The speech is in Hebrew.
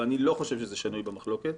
ואני לא חושב שזה שנוי במחלוקת,